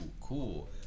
cool